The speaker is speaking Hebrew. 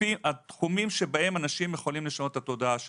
אלה התחומים שבהם אנשים יכולים לשנות את התודעה שלהם.